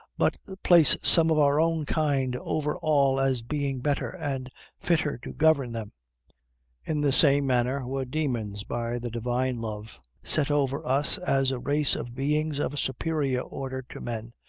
but place some of our own kind over all as being better and fitter to govern them in the same manner were demons by the divine love set over us as a race of beings of a superior order to men,